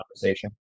conversation